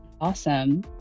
Awesome